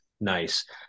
nice